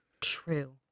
true